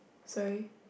sorry